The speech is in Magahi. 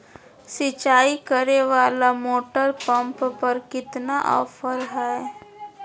सिंचाई करे वाला मोटर पंप पर कितना ऑफर हाय?